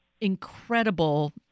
incredible